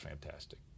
fantastic